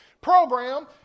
program